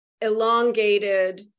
elongated